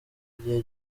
igihe